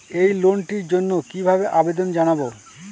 এই লোনটির জন্য কিভাবে আবেদন জানাবো?